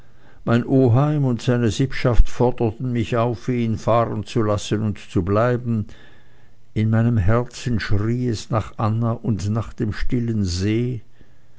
mein oheim und seine sippschaft forderten mich auf ihn fahren zu lassen und zu bleiben in meinem herzen schrie es nach anna und nach dem stillen see